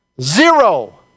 zero